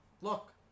Look